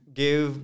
give